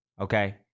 okay